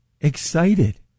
excited